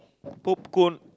popcorn